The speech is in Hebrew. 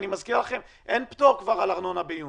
אני מזכיר לכם, כבר אין פטור על ארנונה ביוני.